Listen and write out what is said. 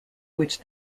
which